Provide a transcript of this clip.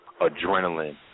adrenaline